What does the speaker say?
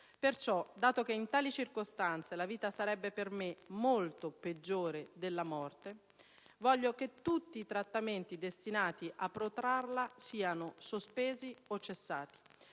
Perciò, dato che in tali circostanze la vita sarebbe per me molto peggiore della morte, voglio che tutti i trattamenti destinati a protrarla siano sospesi o cessati.